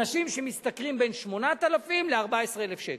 אנשים שמשתכרים בין 8,000 ל-14,000 שקל,